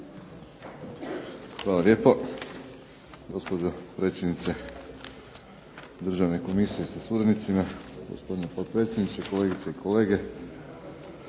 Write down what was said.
Hvala lijepo. Gospođo predsjednice državne komisije sa suradnicima, gospodine potpredsjedniče, kolegice i kolege.